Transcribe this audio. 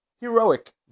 heroic